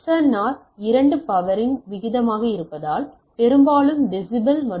R 2 power இன் விகிதமாக இருப்பதால் இது பெரும்பாலும் டெசிபல் மற்றும் எஸ்